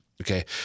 Okay